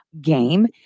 game